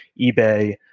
eBay